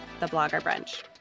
thebloggerbrunch